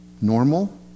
normal